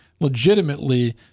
legitimately